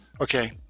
okay